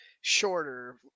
shorter